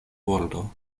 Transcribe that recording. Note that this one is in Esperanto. bordo